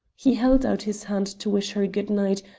he held out his hand to wish her good-night,